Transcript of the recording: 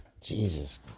Jesus